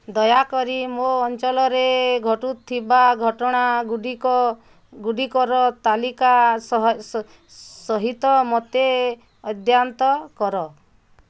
ଦୟାକରି ମୋ ଅଞ୍ଚଳରେ ଘଟୁଥିବା ଘଟଣା ଗୁଡ଼ିକର ତାଲିକା ସହିତ ମୋତେ ଅଦ୍ୟାନ୍ତ କର